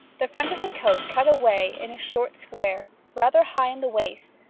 the front of the coat cut away in a short square, rather high in the waist,